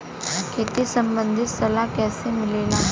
खेती संबंधित सलाह कैसे मिलेला?